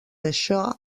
això